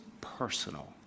personal